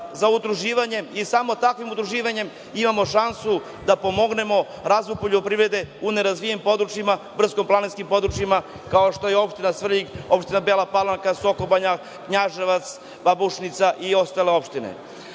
za udruživanje i samo takvim udruživanjem imamo šansu da pomognemo razvoju poljoprivrede u nerazvijenim područjima, brdsko-planinskim područjima kao što je opština Svrljig, kao što je opština Bela Palanka, Sokobanja, Knjaževac, Babušnica i ostale opštine.